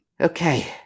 Okay